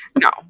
no